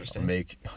make